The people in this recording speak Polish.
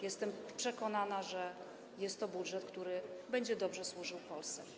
Jestem przekonana, że jest to budżet, który będzie dobrze służył Polsce.